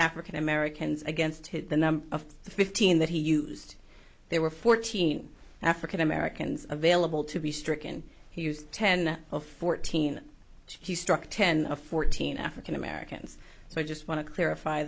african americans against him the number of the fifteen that he used there were fourteen african americans available to be stricken he used ten of fourteen he struck ten of fourteen african americans so i just want to clarify